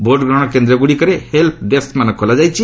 ଭୋଟ୍ଗ୍ରହଣ କେନ୍ଦ୍ର ଗୁଡ଼ିକରେ ହେଲ୍ପ ଡେସ୍କମାନ ଖୋଲାଯାଇଛି